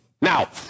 Now